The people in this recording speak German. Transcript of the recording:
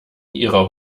ihrer